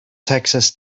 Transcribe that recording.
texas